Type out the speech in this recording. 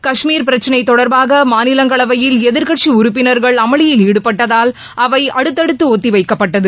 கஷ்மீர் பிரக்னை தொடர்பாக மாநிலங்களவையில் எதிர்க்கட்சி உறுப்பினர்கள் அமளியில் ஈடுபட்டதால் அவை அடுக்கடுக்து ஒத்தி வைக்கப்பட்டது